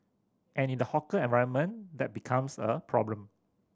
and in the hawker environment that becomes a problem